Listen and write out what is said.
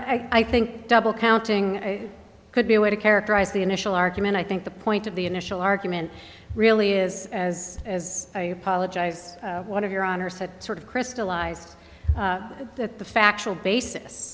t i think double counting could be a way to characterize the initial argument i think the point of the initial argument really is as i apologize one of your honor said sort of crystallized that the factual basis